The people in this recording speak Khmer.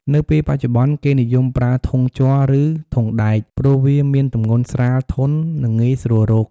នៅពេលបច្ចុប្បន្ន គេនិយមប្រើ ធុងជ័រ ឬ ធុងដែក ព្រោះវាមានទម្ងន់ស្រាល ធន់ និងងាយស្រួលរក។